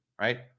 right